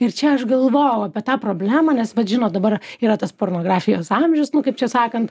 ir čia aš galvojau apie tą problemą nes vat žinot dabar yra tas pornografijos amžius nu kaip čia sakant